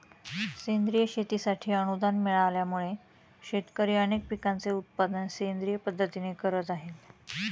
सेंद्रिय शेतीसाठी अनुदान मिळाल्यामुळे, शेतकरी अनेक पिकांचे उत्पादन सेंद्रिय पद्धतीने करत आहेत